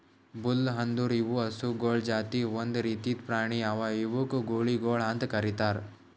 bull ಅಂದುರ್ ಇವು ಹಸುಗೊಳ್ ಜಾತಿ ಒಂದ್ ರೀತಿದ್ ಪ್ರಾಣಿ ಅವಾ ಇವುಕ್ ಗೂಳಿಗೊಳ್ ಅಂತ್ ಕರಿತಾರ್